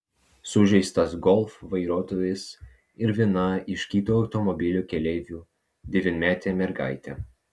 sužeistas golf vairuotojas ir viena iš kito automobilio keleivių devynmetė mergaitė